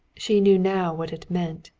she knew now what it meant,